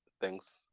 thanks